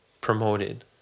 promoted